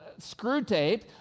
Screwtape